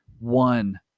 One